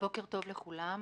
בוקר טוב לכולם.